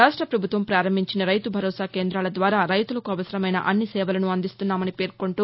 రాష్ట పభుత్వం పారంభించిన రైతు భరోసా కేందాల ద్వారా రైతులకు అవసరమైన అన్ని సేవలను అందిస్తున్నామని పేర్కొంటూ